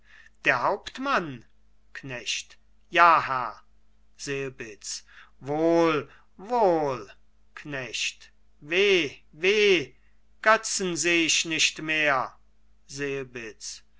der hauptmann knecht ja herr selbitz wohl wohl knecht weh weh götzen seh ich nicht mehr